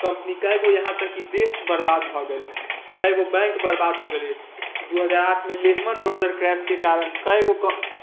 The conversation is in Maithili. कम्पनी कएक गो यहाँ तक कि देश बर्बाद भऽ गेलै कएक गो बैंक बर्बाद हो गेलै दू हजार आठमे लेहमैन ब्रदर्स क्रैशके कारण कएक गो कम्पनी